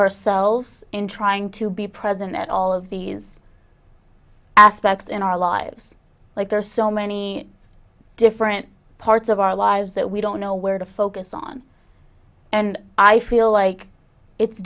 ourselves in trying to be present at all of these aspects in our lives like there are so many different parts of our lives that we don't know where to focus on and i feel like it's